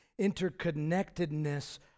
interconnectedness